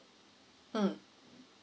mm